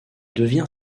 devient